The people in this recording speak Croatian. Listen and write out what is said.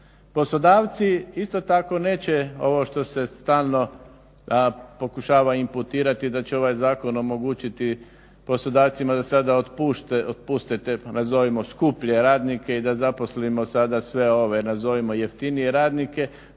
Poslodavci isto tako neće ovo što se stalno pokušava imputirati, da će ovaj zakon omogućiti poslodavcima da sada otpuste te nazovimo skuplje radnike i da zaposlimo sada sve ove nazovimo jeftinije radnike.